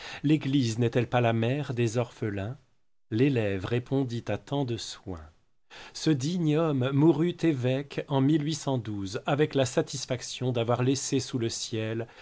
l'église n'est-elle pas la mère des orphelins l'élève répondit à tant de soins ce digne homme mourut évêque en avec la satisfaction d'avoir laissé sous le ciel